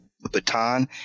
baton